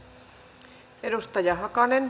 arvoisa rouva puhemies